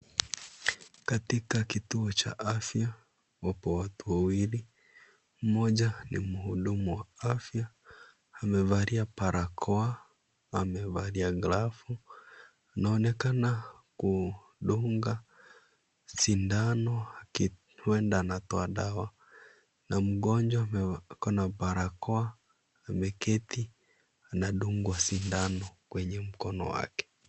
Katika kituo cha afya, wapo watu wawili mmoja ni mhudumu wa afya amevalia barakoa, amevalia glavu anaonekana kudunga sindano, huenda anatoa dawa na mgonjwa akona barakoa ameketi anadungwa sindano kwenye mkono wake.